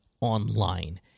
online